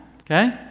Okay